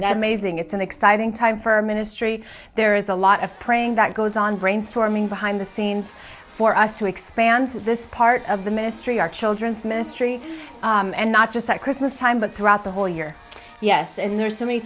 and i mazing it's an exciting time for our ministry there is a lot of praying that goes on brainstorming behind the scenes for us to expand this part of the ministry our children's ministry and not just at christmas time but throughout the whole year yes and there's so many